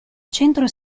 centro